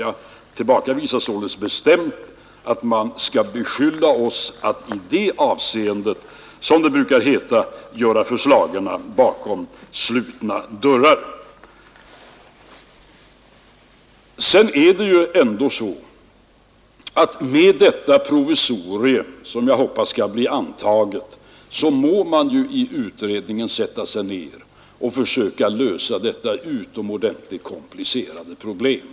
Jag tillbakavisar därför bestämt beskyllningarna att vi i det avseendet gör upp förslagen bakom slutna dörrar — som det brukar heta. I och med att detta provisorium nu framlagts — och som jag hoppas kommer att bli antaget — må man i utredningen sätta sig ner och försöka lösa dessa utomordentligt komplicerade problem.